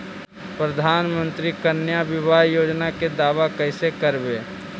प्रधानमंत्री कन्या बिबाह योजना के दाबा कैसे करबै?